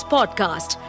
Podcast